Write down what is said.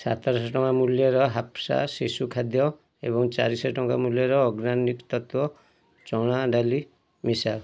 ସାତଶହ ଟଙ୍କା ମୂଲ୍ୟର ହାପ୍ପା ଶିଶୁ ଖାଦ୍ୟ ଏବଂ ଚାରିଶହ ଟଙ୍କା ମୂଲ୍ୟର ଅଗ୍ରାନିକ୍ ତତ୍ତ୍ଵ ଚଣା ଡାଲି ମିଶାଅ